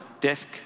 desk